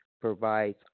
provides